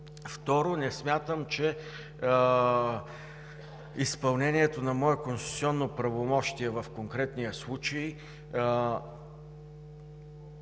второ, не смятам, че изпълнението на мое конституционно правомощие в конкретния случай,